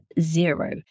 zero